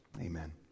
amen